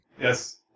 Yes